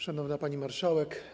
Szanowna Pani Marszałek!